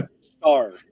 Star